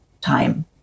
time